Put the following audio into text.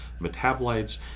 metabolites